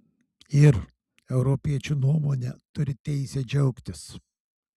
ir europiečių nuomone turi teisę džiaugtis